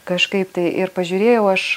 kažkaip tai ir pažiūrėjau aš